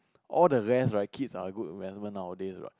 or the rest right kid are a good investment nowadays right